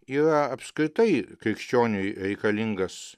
yra apskritai krikščioniui reikalingas